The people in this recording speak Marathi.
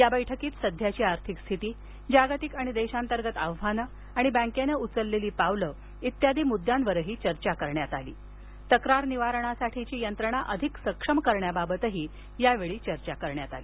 या बैठकीत सध्याची आर्थिक स्थिती जागतिक आणि देशांतर्गत आव्हानं आणि बँकेने उचललेली पावलं इत्यादी मुद्द्यांवरही चर्चा करण्यात आली आणि तक्रार निवारणासाठीची यंत्रणा अधिक सक्षम करण्याबाबतही चर्चा करण्यात आली